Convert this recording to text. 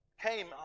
came